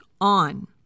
on